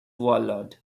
warlord